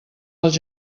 als